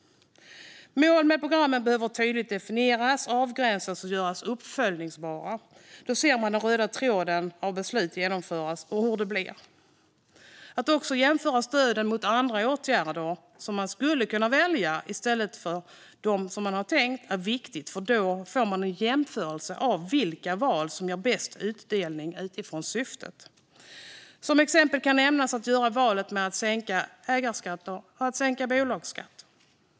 Mål för programmen behöver tydligt definieras, avgränsas och göras uppföljbara. Då ser man den röda tråden i hur beslut genomförs och hur det blir. Att också jämföra stöden med andra åtgärder som man skulle kunna välja i stället för dem man har tänkt vidta är viktigt, för då får man en jämförelse av vilka val som ger bäst utdelning utifrån syftet. Som exempel kan nämnas valet mellan att sänka ägarskatter och att sänka bolagsskatt.